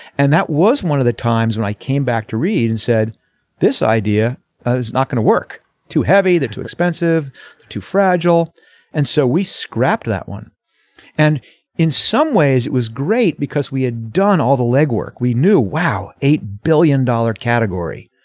and that was one of the times when i came back to read and said this idea not going to work too heavy that too expensive too fragile and so we scrapped that one and in some ways it was great because we had done all the legwork. we knew wow eight billion dollar category.